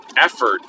effort